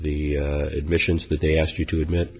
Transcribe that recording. admissions that they asked you to admit